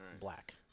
black